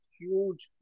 huge